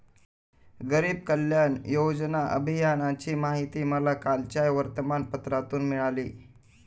गरीब कल्याण योजना अभियानाची माहिती मला कालच्या वर्तमानपत्रातून मिळाली